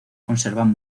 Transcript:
conservan